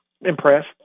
impressed